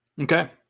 okay